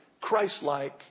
Christ-like